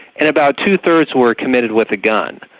and about two-thirds were committed with a gun.